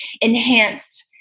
enhanced